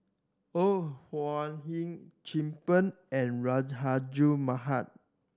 Ore Huiying Chin Peng and Rahayu Mahzam